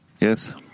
Yes